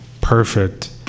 perfect